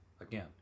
again